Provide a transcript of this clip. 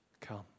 come